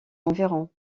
environs